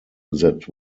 that